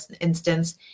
instance